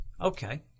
Okay